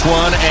one